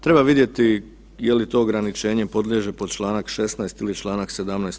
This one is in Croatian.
Treba vidjeti je li to ograničenje podliježe pod Članak 16. ili Članak 17.